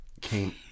came